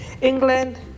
England